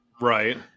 Right